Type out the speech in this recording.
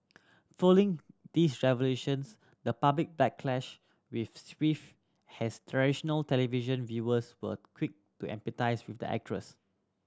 following these revelations the public backlash with swift has traditional television viewers were quick to empathise with the actress